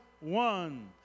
one